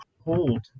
hold